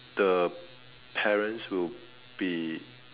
the parents will be